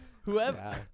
whoever